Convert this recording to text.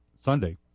Sunday